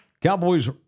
Cowboys